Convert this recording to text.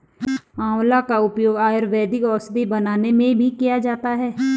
आंवला का उपयोग आयुर्वेदिक औषधि बनाने में भी किया जाता है